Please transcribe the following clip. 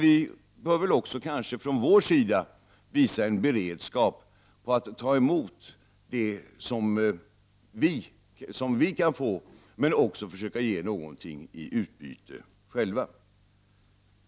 Vi bör kanske också från vår sida visa en beredskap för att ta emot det vi kan få, men också försöka ge någonting i utbyte.